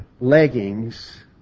leggings